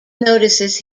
notices